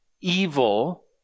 evil